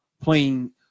Playing